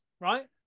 right